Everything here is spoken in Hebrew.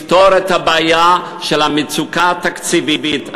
כדי לפתור את הבעיה של המצוקה התקציבית,